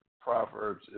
Proverbs